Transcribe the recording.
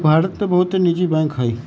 भारत में बहुते निजी बैंक हइ